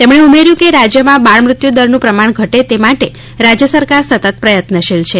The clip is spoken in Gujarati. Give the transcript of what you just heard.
શ્રી પટેલે ઉમેર્યું કે રાજ્યમાં બાળ મૃત્યુ દરનું પ્રમાણ ઘટે તે માટે રાજ્ય સરકાર સતત પ્રયત્નશીલ છે